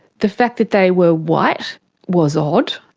the fact that they were white was odd.